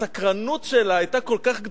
והסקרנות שלה היתה כל כך גדולה,